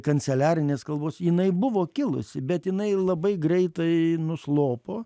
kanceliarinės kalbos jinai buvo kilusi bet jinai labai greitai nuslopo